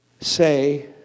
say